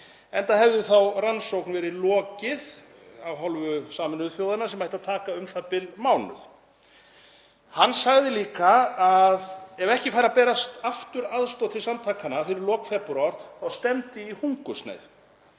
enda hefði þá rannsókn verið lokið af hálfu Sameinuðu þjóðanna sem ætti að taka u.þ.b. mánuð. Hann sagði líka að ef ekki færi að berast aftur aðstoð til samtakanna fyrir lok febrúar þá stefndi í hungursneyð.